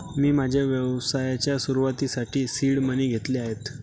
मी माझ्या व्यवसायाच्या सुरुवातीसाठी सीड मनी घेतले आहेत